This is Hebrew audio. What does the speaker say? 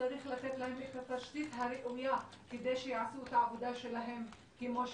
וצריך לתת להם את התשתית הראויה כדי שיעשו את העבודה שלהם כמו שצריך.